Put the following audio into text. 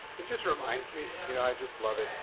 it just reminds me, you know, i just love it.